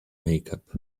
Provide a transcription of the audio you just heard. makeup